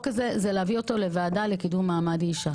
הזה היא להעביר אותו לוועדה לקידום מעמד האישה.